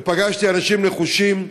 ופגשתי אנשים נחושים,